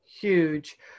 huge